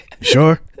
Sure